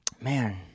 man